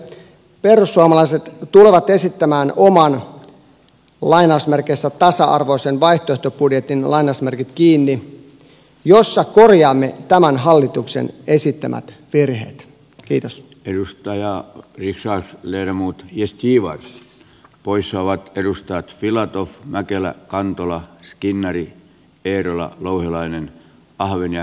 perussuomalaiset tulevat esittämään oman tasa arvoisen vaihtoehtobudjetin jossa korjaamme tämän hallituksen esittämät virheet kiitos ennustajat niitä saa lyödä muut jyski vaikka voisi olla edustajat filatoff mäkelä kantola skinnari eerola louhelainen pahoin ja